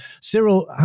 Cyril